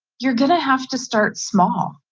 you're gonna have to start small.